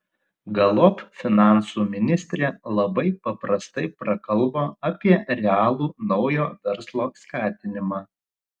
galop finansų ministrė labai paprastai prakalbo apie realų naujo verslo skatinimą